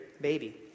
baby